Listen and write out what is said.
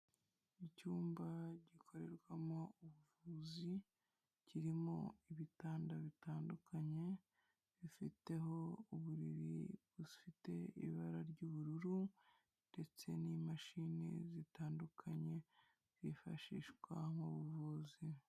Icyumba gikorerwamo ubuvuzi, kirimo ibitanda bitandukanye, bifiteho uburiri bufite ibara ry'ubururu ndetse n'imashini zitandukanye zifashishwa mu buvuzi.